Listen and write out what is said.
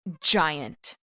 Giant